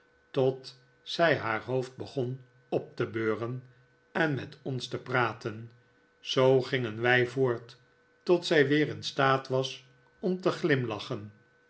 tot zij haar hoofd begon op te beuren en met ons te praten zoo gingen wij voort tot zij weer in staat was om te glimlachen